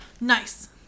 Nice